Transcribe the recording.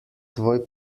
tvoj